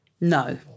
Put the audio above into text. No